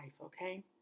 Okay